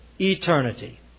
eternity